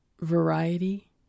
variety